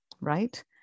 right